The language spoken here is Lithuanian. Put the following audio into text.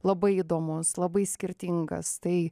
labai įdomus labai skirtingas tai